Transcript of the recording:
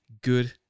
good